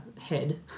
head